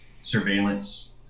surveillance